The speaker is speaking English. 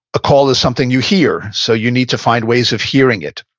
a call is something you hear, so you need to find ways of hearing it.